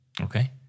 Okay